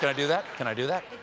do that? can i do that?